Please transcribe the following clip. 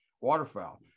waterfowl